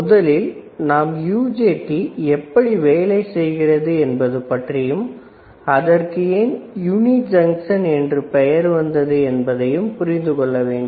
முதலில் நாம் UJT எப்படி வேலை செய்கிறது என்பது பற்றியும் அதற்கு ஏன் யுனி ஜங்ஷன் என்று பெயர் வந்தது என்பதையும் புரிந்துகொள்ள வேண்டும்